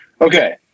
Okay